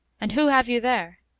and who have you there?